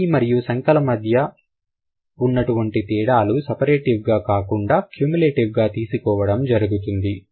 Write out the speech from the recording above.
వ్యక్తి మరియు సంఖ్యల మధ్య ఉన్నటువంటి తేడాలు సెపెరేటివ్ గా కాకుండా క్యూములేటివ్ గా తీసుకోవడం జరుగుతుంది